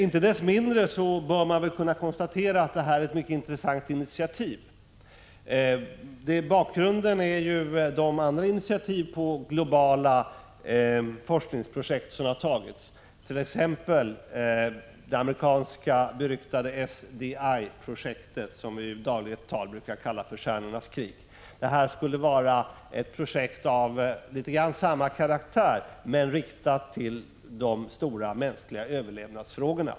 Inte desto mindre bör man kunna konstatera att detta är ett mycket intressant initiativ. Bakgrunden är de andra initiativ som tagits om globala forskningsprojekt, t.ex. det amerikanska beryktade SDI-projektet, som vi i dagligt tal brukar kalla för Stjärnornas krig. Det här skulle vara ett projekt av ungefärligen samma karaktär men med inriktning på de stora mänskliga överlevnadsfrågorna.